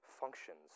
functions